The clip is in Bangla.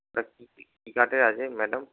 ওটা কী কাঠের আছে ম্যাডাম